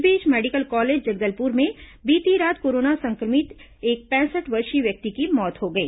इस बीच medical college Jagdalpur में बीती रात कोरोना सं क्र भित एक पैंसठ वर्षीय व्यक्ति की मौत हो गई